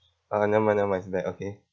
uh never mind never mind is back okay